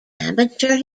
amateur